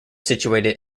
situated